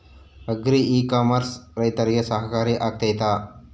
Agri e commerce ರೈತರಿಗೆ ಸಹಕಾರಿ ಆಗ್ತೈತಾ?